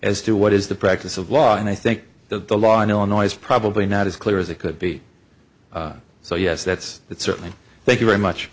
as to what is the practice of law and i think that the law in illinois probably not as clear as it could be so yes that's it certainly thank you very much